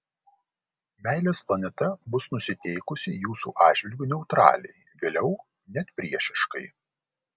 meilės planeta bus nusiteikusi jūsų atžvilgiu neutraliai vėliau net priešiškai